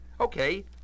Okay